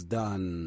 done